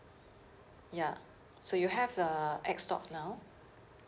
ya so you have the ex stock now